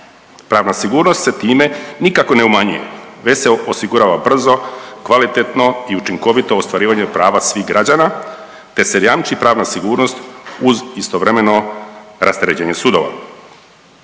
Pravna sigurnost se time nikako ne umanjuje već se osigurava brzo, kvalitetno i učinkovito ostvarivanje prava svih građana te se jamči pravna sigurnost uz istovremeno rasterećenje sudova.